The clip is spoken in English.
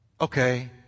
Okay